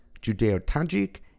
Judeo-Tajik